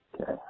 Okay